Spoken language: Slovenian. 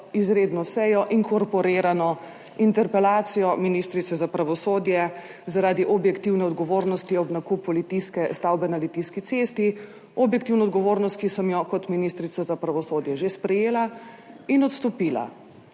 izredno sejo inkorporirano interpelacijo ministrice za pravosodje zaradi objektivne odgovornosti ob nakupu stavbe na Litijski cesti. Objektivno odgovornost, ki sem jo kot ministrica za pravosodje že sprejela in odstopila